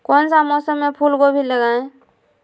कौन सा मौसम में फूलगोभी लगाए?